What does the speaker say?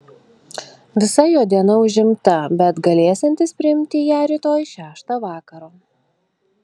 visa jo diena užimta bet galėsiantis priimti ją rytoj šeštą vakaro